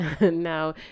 No